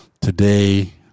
Today